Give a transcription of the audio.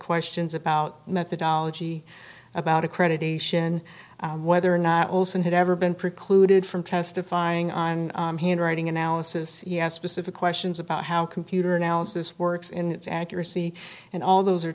questions about methodology about accreditation whether or not olson had ever been precluded from testifying on handwriting analysis yes specific questions about how computer analysis works in its accuracy and all those are